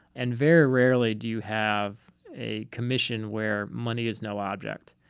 and very rarely do you have a commission where money is no object.